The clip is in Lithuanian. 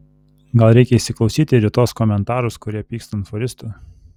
gal reikia įsiklausyti ir į tuos komentarus kurie pyksta ant fūristų